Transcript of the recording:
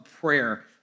prayer